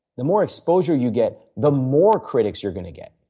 the more exposure you get, the more critics you are going to get.